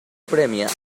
premia